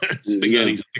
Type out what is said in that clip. Spaghetti